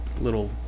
little